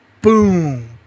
boom